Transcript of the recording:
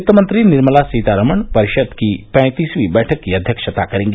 वित्त मंत्री निर्मला सीतारमण परिषद की पँतीसवीं बैठक की अध्यक्षता करेंगी